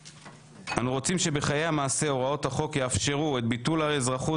אנו רוצים שבחיי המעשה הוראות החוק יאפשרו את ביטול האזרחות